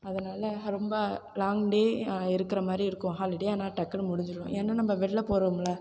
அதனால ரொம்ப long day இருக்கிற மாதிரி இருக்கும் ஹாலிடே ஆனால் டக்குனு முடிஞ்சிடும் ஏன்னால் நம்ம வெளில போகிறோம்ல